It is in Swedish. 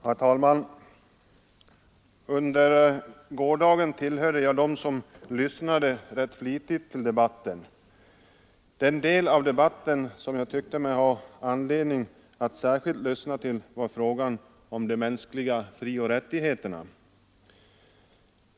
Herr talman! Under gårdagen tillhörde jag dem som lyssnade rätt flitigt till debatten. Den del av debatten som jag tyckte mig ha anledning att särskilt lyssna till gällde frågan om de mänskliga frioch rättigheterna.